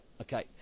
okay